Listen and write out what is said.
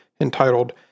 entitled